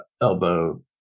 elbow